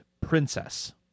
princess